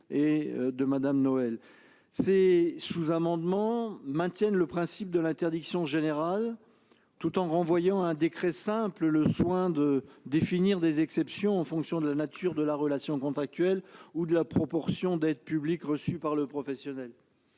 ils tendent à maintenir le principe de l'interdiction générale, tout en renvoyant à un décret simple le soin de définir des exceptions en fonction de la nature de la relation contractuelle ou de la proportion d'aides publiques dans le chiffre